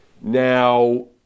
Now